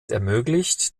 ermöglicht